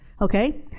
Okay